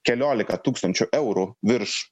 keliolika tūkstančių eurų virš